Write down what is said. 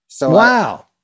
Wow